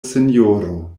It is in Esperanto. sinjoro